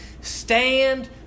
Stand